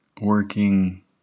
working